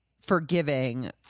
forgiving